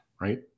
Right